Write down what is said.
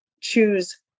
choose